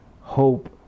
hope